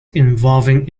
involving